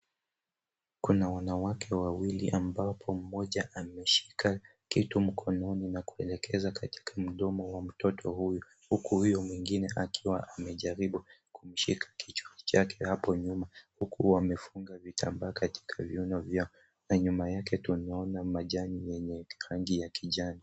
Kuna wanawake wawili ambapo mmoja anashika kitu mkononi na kuelekeza katika mdomo wa mtoto huyu, huku huyo mwingine akiwa amejaribu kumshika kichwa chake hapo nyuma huku wamefunga vitambaa katika viuno vyao na nyuma yake tunaona majani yenye rangi ya kijani.